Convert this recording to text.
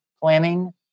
planning